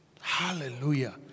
Hallelujah